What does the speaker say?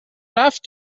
رفت